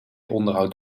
onderhoud